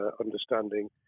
understanding